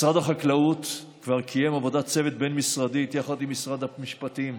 משרד החקלאות כבר קיים עבודת צוות בין-משרדית עם משרד המשפטים.